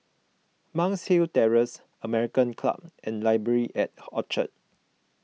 Monk's Hill Terrace American Club and Library at Orchard